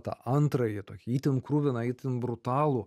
tą antrąjį tokį itin kruviną itin brutalų